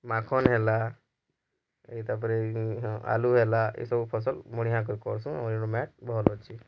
ମାରକନ୍ ହେଲା ଏଇ ତାପରେ ଆଲୁ ହେଲା ଏସବୁ ଫସଲ ବଢ଼ିଆ କେ କର୍ସୁଁ ଆଉ ଏନରୁ ମାଟ୍ ଭଲ୍ ଅଛି